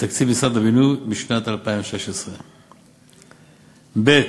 בתקציב משרד הבינוי בשנת 2016. ב.